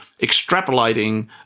extrapolating